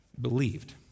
believed